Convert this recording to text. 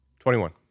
21